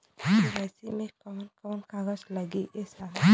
KYC मे कवन कवन कागज लगी ए साहब?